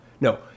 No